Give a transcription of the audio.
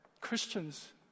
Christians